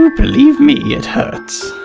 um believe me, it hurts!